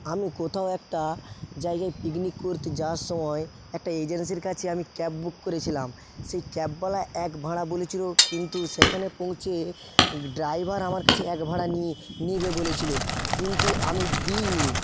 আমি কোথাও একটা জায়গায় পিকনিক করতে যাওয়ার সময় একটা এজেন্সির কাছে আমি ক্যাব বুক করেছিলাম সেই ক্যাবওয়ালা এক ভাড়া বলেছিল কিন্তু সেখানে পৌঁছে ড্রাইভার আমার কাছে এক ভাড়া নি নেবে বলেছিল কিন্তু আমি দিইনি